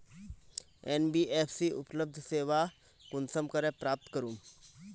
NBFC उपलब्ध सेवा कुंसम करे प्राप्त करूम?